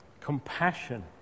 Compassion